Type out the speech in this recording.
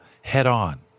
head-on